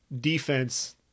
defense